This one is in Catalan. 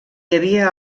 havia